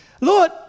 Lord